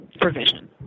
provision